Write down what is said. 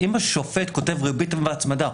אם השופט כותב ריבית והצמדה,